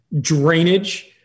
drainage